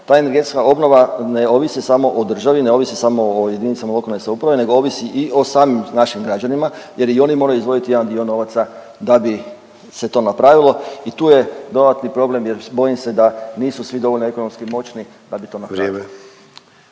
ta energetska obnova ne ovisi samo o državi, ne ovisi samo o jedinicama lokalne samouprave nego ovisi i o samim našim građanima jer i oni moraju izdvojiti jedan dio novaca da bi se to napravilo i tu je dodatni problem jer bojim se da nisu svi dovoljno ekonomski moćni da bi to napravili.